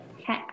Okay